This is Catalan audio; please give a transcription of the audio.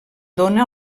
dóna